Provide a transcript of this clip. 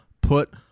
put